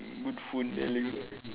good phone